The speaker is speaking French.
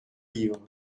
livre